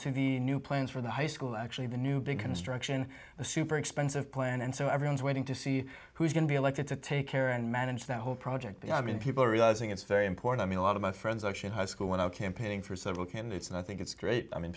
to the new plans for the high school actually the new big construction the super expensive plan and so everyone's waiting to see who's going to be elected to take care and manage the whole project but i mean people are realizing it's very important me a lot of my friends action high school when i campaigned for several candidates and i think it's great i mean